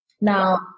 Now